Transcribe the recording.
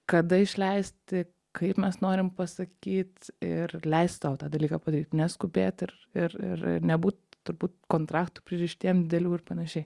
kada išleisti kaip mes norim pasakyt ir leist sau tą dalyką padaryt neskubėt ir ir ir ir nebūt turbūt kontraktų pririštiem didelių ir panašiai